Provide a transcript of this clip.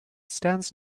stands